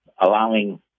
allowing